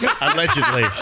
Allegedly